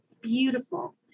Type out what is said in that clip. beautiful